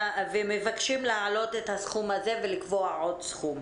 אנחנו מבקשים להעלות את הסכום הזה ולקבוע עוד סכום.